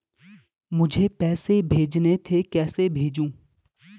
मुझे पैसे भेजने थे कैसे भेजूँ?